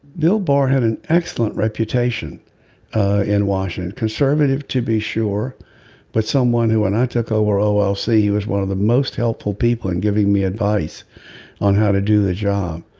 bill barr had an excellent reputation in washington conservative to be sure but someone who when i took over oh well see he was one of the most helpful people and giving me advice on how to do the job.